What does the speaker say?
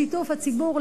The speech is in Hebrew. שיתוף הציבור,